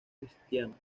cristiano